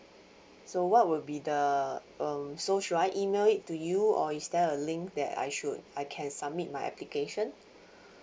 so what will be the um so should I email it to you or is there a link that I should I can submit my application